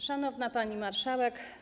Szanowna Pani Marszałek!